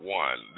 one